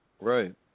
Right